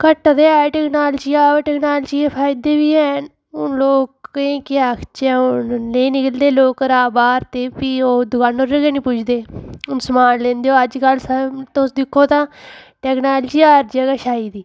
घाटा ते ऐ टेक्नोलॉजिया बा टेक्नोलॉजियै फायदे बी हैन हून लोक केईं केह् आखचे हून नेईं निकलदे लोक घरा बाह्र ते फ्ही ओह् दकाना'र गै नेईं पुज्जदे हून सामान लैंदे ओह् अज्ज कल तुस दिक्खो तां टेक्नोलॉजी हर जगह् छाई दी